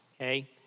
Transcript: Okay